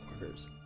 orders